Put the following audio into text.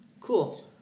Cool